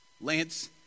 Lance